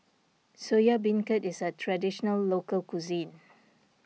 Soya Beancurd is a Traditional Local Cuisine